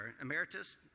Emeritus